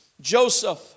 Joseph